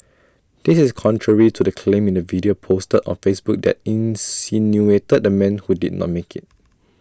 this is contrary to the claim in the video posted on Facebook that insinuated the man who did not make IT